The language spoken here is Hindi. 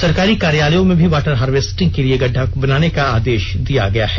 सरकारी कार्यलयों में भी वाटर हार्वेस्टिग के लिए गड्डा बनाने का आदेश दिया गया है